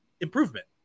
improvement